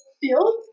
field